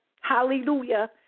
Hallelujah